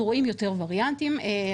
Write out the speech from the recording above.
אנחנו רואים את הווריאנט ההודי,